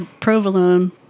provolone